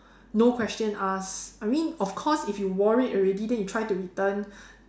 no question asked I mean of course if you wore it already then you try to return